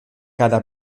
cada